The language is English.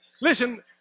Listen